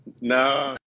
no